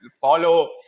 follow